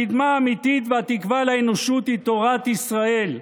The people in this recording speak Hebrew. הקדמה האמיתית והתקווה לאנושות היא תורת ישראל,